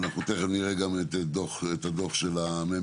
אנחנו גם תיכף נראה גם את הדו"ח של המ"מ.